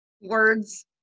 Words